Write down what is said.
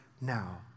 now